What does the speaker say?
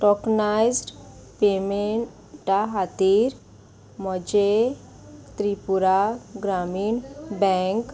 tokenised पेमेंटा खातीर म्हजें त्रिपुरा ग्रामीण बँक